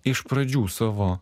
iš pradžių savo